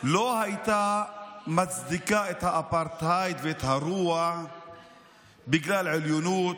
לא הייתה מצדיקה את האפרטהייד ואת הרוע בגלל עליונות,